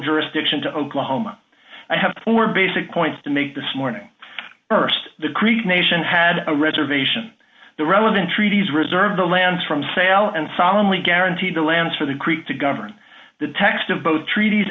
jurisdiction to oklahoma i have four basic points to make this morning st the creek nation had a reservation the relevant treaties reserve the lands from sale and solidly guaranteed the lands for the creek to govern the text of both treaties